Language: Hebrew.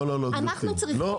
לא, לא, גבירתי, אתם לא